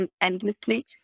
endlessly